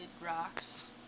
rocks